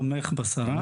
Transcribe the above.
תומך בשרה,